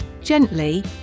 gently